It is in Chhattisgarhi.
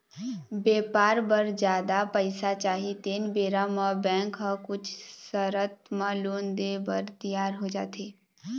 बेपार बर जादा पइसा चाही तेन बेरा म बेंक ह कुछ सरत म लोन देय बर तियार हो जाथे